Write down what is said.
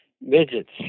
midgets